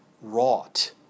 wrought